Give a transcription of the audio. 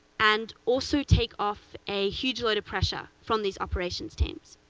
and also take off a huge load of pressure from these operations teams.